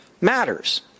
matters